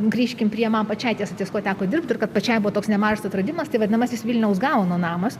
grįžkim prie man pačiai ties ties kuo teko dirbt ir kad pačiai buvo toks nemažas atradimas tai vadinamasis vilniaus gaono namas